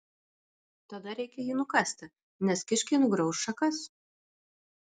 tada reikia jį nukasti nes kiškiai nugrauš šakas